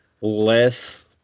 less